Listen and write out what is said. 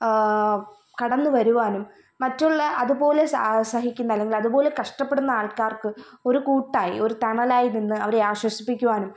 കടന്നു വരുവാനും മറ്റുള്ള അതുപോലെ സാ സഹിക്കുന്ന അല്ലെങ്കിൽ അതുപോലെ കഷ്ടപ്പെടുന്നാൾക്കാർക്ക് ഒരു കൂട്ടായി ഒരു തണലായി നിന്ന് അവരെ ആശ്വസിപ്പിക്കുവാനും